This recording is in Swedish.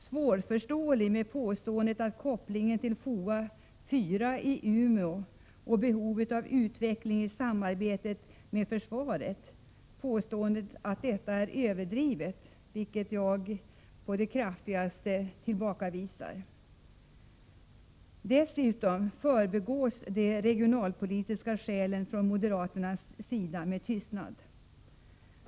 Svårförståelig med tanke på påståendet att kopplingen till FOA 4 i Umeå och behovet av utveckling av samarbetet med försvaret är överdriven, vilket jag på det kraftigaste tillbakavisar. Dessutom förbigås de regionalpolitiska skälen med tystnad från moderaternas sida.